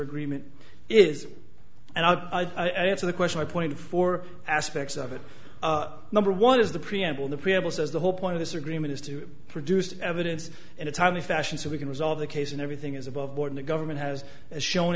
agreement is and i'll answer the question i point four aspects of it number one is the preamble the preamble says the whole point of this agreement is to produce evidence in a timely fashion so we can resolve the case and everything is above board the government has shown